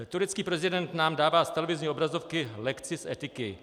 Turecký prezident nám dává z televizní obrazovky lekci z etiky.